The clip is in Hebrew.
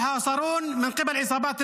היושב-ראש, 509 נרצחים בחברה הערבית.